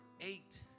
eight